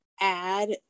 add